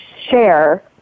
Share